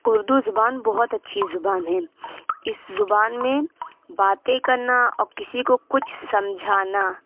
اردو زبان بہت اچھی زبان ہے اس زبان میں باتیں کرنا اور کسی کو کچھ سمجھانا